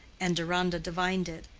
and deronda divined it.